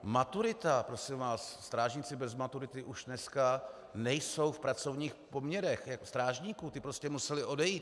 Maturita, strážníci bez maturity už dneska nejsou v pracovních poměrech strážníků, ti prostě museli odejít.